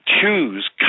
Choose